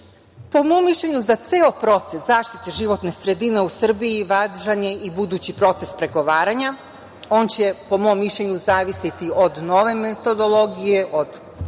mom mišljenju, za ceo proces zaštite životne sredine u Srbiji važan je i budući proces pregovaranja. On će, po mom mišljenju, zavisiti od nove metodologije, od